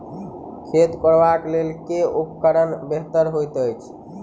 खेत कोरबाक लेल केँ उपकरण बेहतर होइत अछि?